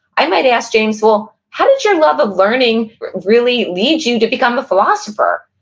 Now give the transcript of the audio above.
i might ask james, well, how did your love of learning really lead you to become a philosopher,